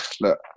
look